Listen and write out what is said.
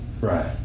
Right